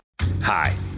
Hi